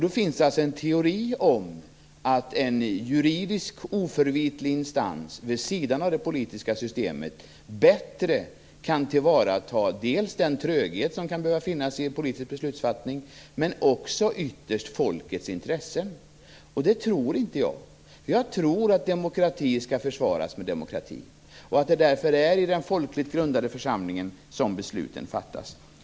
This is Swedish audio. Det finns en teori om att en juridisk oförvitlig instans, vid sidan av det politiska systemet, bättre kan tillvarata den tröghet som kan behöva finnas i ett politiskt beslutsfattande, men också ytterst folkets intresse. Det tror inte jag, för jag tror att demokrati skall försvaras med demokrati och att det därför är i den folkligt grundade församlingen som besluten skall fattas.